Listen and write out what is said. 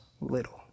little